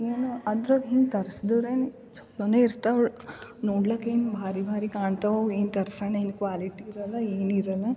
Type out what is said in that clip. ಏನೋ ಆದ್ರಗದ ಹಿಂದೆ ತರಿಸಿದ್ರೆ ಚಲೋನೆ ಇರ್ತಾವೆ ನೋಡ್ಲಿಕ್ಕೆ ಏನು ಭಾರಿ ಭಾರಿ ಕಾಣ್ತವು ಏನು ತರ್ಸೋಣ ಏನು ಕ್ವಾಲಿಟಿ ಇರೋಲ್ಲ ಏನಿರೋಲ್ಲ